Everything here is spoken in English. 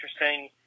interesting